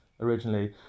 originally